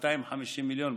ה-250 מיליון?